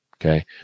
okay